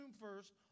first